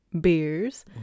beers